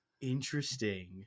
interesting